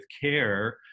care